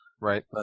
Right